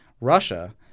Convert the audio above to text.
Russia